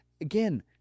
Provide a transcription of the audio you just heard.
again